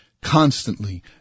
Constantly